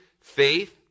faith